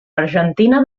argentina